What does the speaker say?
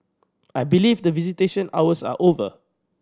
I believe that visitation hours are over